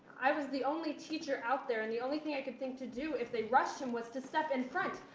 i was the only teacher out there and the only thing i could think to do if they rushed him with to step in front.